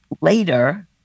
later